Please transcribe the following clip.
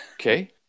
Okay